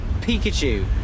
Pikachu